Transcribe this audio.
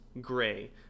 Gray